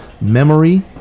memory